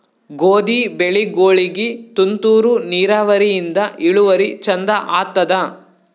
ಗೋಧಿ ಬೆಳಿಗೋಳಿಗಿ ತುಂತೂರು ನಿರಾವರಿಯಿಂದ ಇಳುವರಿ ಚಂದ ಆತ್ತಾದ?